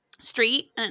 street